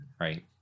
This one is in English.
right